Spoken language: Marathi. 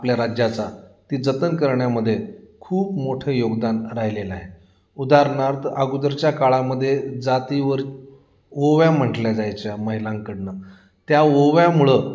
आपल्या राज्याचा ती जतन करण्यामध्ये खूप मोठं योगदान राहिलेलं आहे उदाहरणार्थ अगोदरच्या काळामध्ये जातीवर ओव्या म्हटल्या जायच्या महिलांकडनं त्या ओव्यामुळं